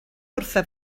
wrtho